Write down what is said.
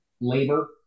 labor